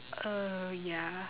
uh ya